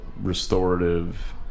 restorative